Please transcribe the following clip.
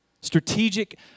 Strategic